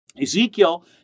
Ezekiel